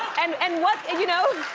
and and what, you know